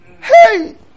Hey